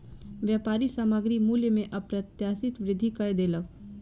व्यापारी सामग्री मूल्य में अप्रत्याशित वृद्धि कय देलक